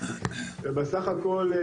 בסך הכל,